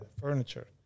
furniture